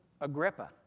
Agrippa